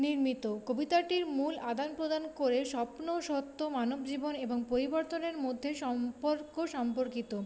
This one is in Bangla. নির্মিত কবিতাটির মূল আদান প্রদান করে স্বপ্ন সত্য মানব জীবন এবং পরিবর্তনের মধ্যে সম্পর্ক সম্পর্কিত